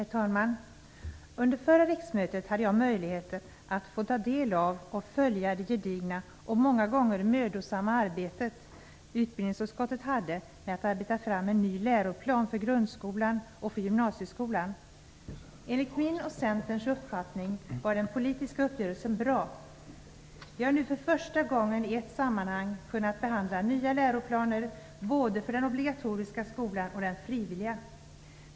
Herr talman! Under förra riksmötet hade jag möjligheter att ta del av och följa det gedigna och många gånger mödosamma arbete som utbildningsutskottet hade med att arbeta fram en ny läroplan för grundskolan och för gymnasieskolan. Enligt min och centerns uppfattning var den politiska uppgörelsen bra. Vi har nu för första gången i ett sammanhang kunnat behandla nya läroplaner både för den obligatoriska skolan och den frivilliga.